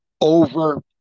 over